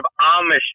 Amish